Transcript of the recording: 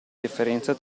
differenza